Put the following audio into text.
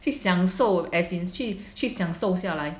去享受 as in 去去想瘦下来